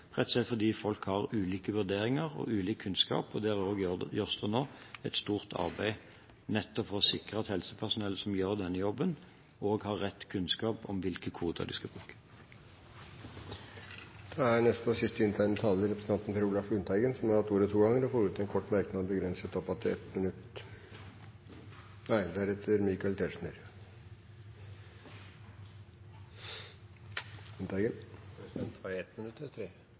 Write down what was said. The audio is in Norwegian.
ulik kunnskap. Også der gjøres det nå et stort arbeid nettopp for å sikre at helsepersonell som gjør denne jobben, har rett kunnskap om hvilke koder de skal bruke. Per Olaf Lundteigen har hatt ordet to ganger tidligere og får ordet til en kort merknad begrenset til 1 minutt. Jeg har ikke sagt at det er feil behandling. Jeg har